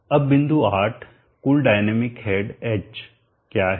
अब बिंदु 8 कुल डायनामिक हेड h क्या है